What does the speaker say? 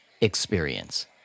experience